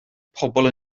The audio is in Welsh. pobl